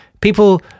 People